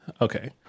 Okay